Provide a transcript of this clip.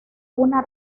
una